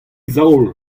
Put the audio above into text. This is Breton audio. zaol